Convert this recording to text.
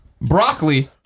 broccoli